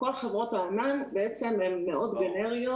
כל חברת הענן בעצם הן מאוד גנריות.